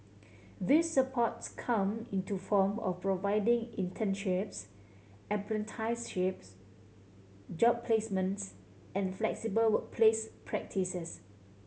this supports come in to form of providing internships apprenticeships job placements and flexible workplace practices